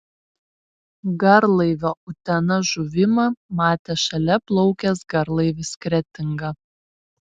garlaivio utena žuvimą matė šalia plaukęs garlaivis kretinga